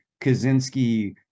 Kaczynski